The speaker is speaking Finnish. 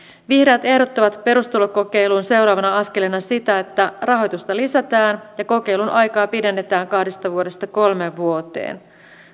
vihreät ehdottavat perustulokokeilun seuraavana askeleena sitä että rahoitusta lisätään ja kokeilun aikaa pidennetään kahdesta vuodesta kolmeen vuoteen